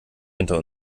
hinter